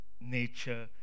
nature